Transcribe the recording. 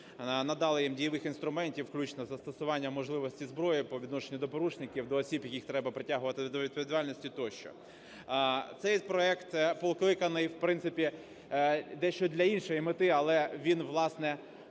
надали їм дійових інструментів, включно застосування можливості зброї по відношенню до порушників, до осіб, яких треба притягувати до відповідальності, тощо. Цей проект покликаний, в принципі, дещо для іншої мети, але він, власне,